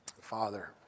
Father